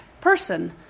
person